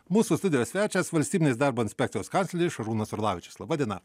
mūsų studijos svečias valstybinės darbo inspekcijos kancleris šarūnas orlavičius laba diena